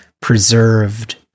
preserved